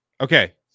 okay